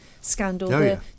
scandal